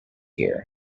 here